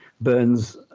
Burns